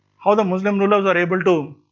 how the muslim rulers were able to